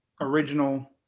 original